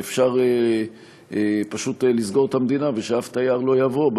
אפשר פשוט לסגור את המדינה ושאף תייר לא יבוא,